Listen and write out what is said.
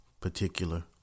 particular